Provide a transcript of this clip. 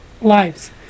lives